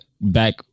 Back